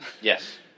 Yes